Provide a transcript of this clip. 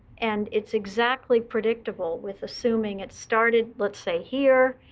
and it's exactly predictable. with assuming it started, let's say, here,